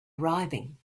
arriving